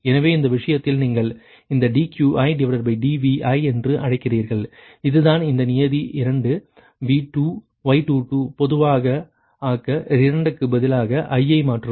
எனவே இந்த விஷயத்தில் நீங்கள் இந்த dQidViஎன்று அழைக்கிறீர்கள் இதுதான் இந்த நியதி 2 V2 Y22 பொதுவாக ஆக்க 2 க்கு பதிலாக i ஐ மாற்றவும்